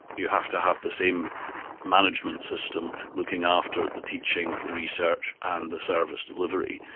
you have to have the same management system looking after the teaching, the research and the service delivery.